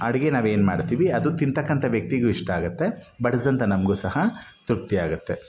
ಅಡುಗೆ ನಾವೇನು ಮಾಡ್ತೀವಿ ಅದು ತಿಂತಕ್ಕಂಥ ವ್ಯಕ್ತಿಗೂ ಇಷ್ಟ ಆಗುತ್ತೆ ಬಡಿಸ್ದಂಥ ನಮಗೂ ಸಹ ತೃಪ್ತಿಯಾಗುತ್ತೆ